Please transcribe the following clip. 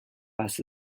was